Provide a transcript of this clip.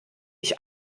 ich